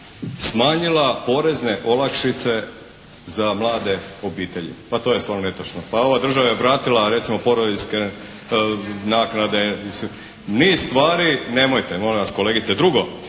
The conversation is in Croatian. smanjila porezne olakšice za mlade obitelji. Pa to je stvarno netočno. Pa ova država je vratila recimo porodiljske naknade, niz stvari. …/Upadica se ne čuje./… Nemojte molim vas, kolegice. Drugo,